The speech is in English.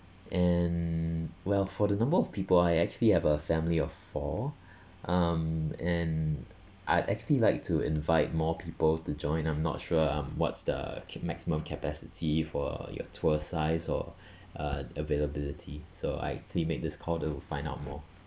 and well for the number of people I actually have a family of four um and I'd actually like to invite more people to join I'm not sure um what's the maximum capacity for your tour size or uh availability so I actually make this call to find out more